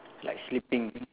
like sleeping